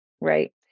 Right